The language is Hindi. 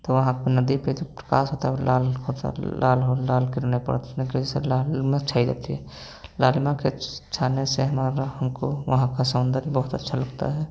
तो वहां पर नदी पे जो प्रकाश होता है वो लाल होता लाल हो लाल किरणें पर के जैसे लाल म लगती है लालिमा के छाने से हमारा हमको वहां का सौंदर्य बहुत अच्छा लगता है